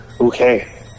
okay